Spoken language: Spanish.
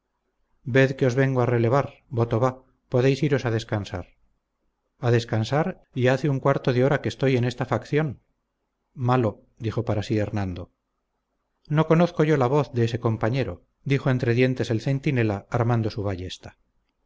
ved que os vengo a relevar voto va podéis iros a descansar a descansar y hace un cuarto de hora que estoy en esta facción malo dijo para sí hernando no conozco yo la voz de ese compañero dijo entre dientes el centinela armando su ballesta